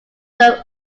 them